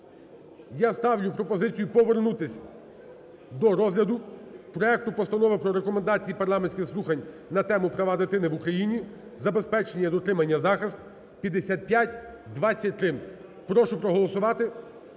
я ставлю пропозицію повернутись до розгляду проект Постанови про Рекомендації парламентських слухань на тему: "Права дитини в Україні: забезпечення, дотримання, захист" 5523. Прошу проголосувати,